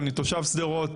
אני תושב שדרות,